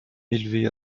élevé